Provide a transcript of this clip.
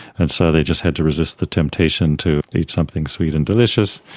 and so they just had to resist the temptation to eat something sweet and delicious.